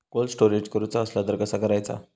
Cold storage करूचा असला तर कसा करायचा?